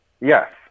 yes